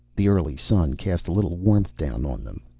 the early sun cast a little warmth down on them.